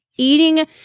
eating